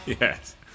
yes